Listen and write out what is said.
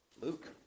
Luke